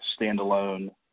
standalone